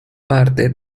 parte